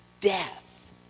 death